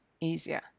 easier